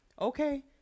okay